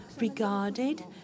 regarded